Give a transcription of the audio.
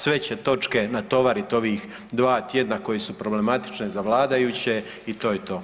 Sve će točke natovarit ovih 2 tjedna koje su problematične za vladajuće i to je to.